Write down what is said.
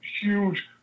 huge